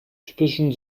typischen